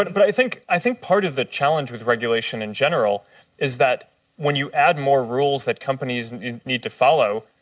but but i think i think part of the challenge with regulation in general is that when you add more rules that companies need to follow,